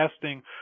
testing